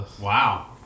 Wow